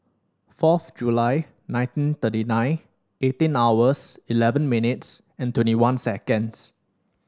fourth July nineteen thirty nine eighteen hours eleven minutes and twenty one seconds